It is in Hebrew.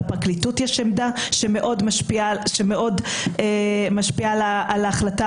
לפרקליטות יש עמדה שמאוד משפיעה על ההחלטה